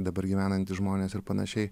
dabar gyvenantys žmonės ir panašiai